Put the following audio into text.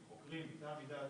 עם חוקרים מטעם מדעת,